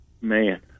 Man